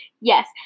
Yes